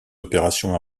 opérations